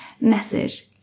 Message